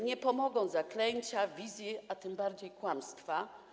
Nie pomogą zaklęcia, wizje, a tym bardziej kłamstwa.